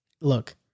Look